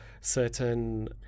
certain